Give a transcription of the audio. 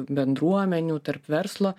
bendruomenių tarp verslo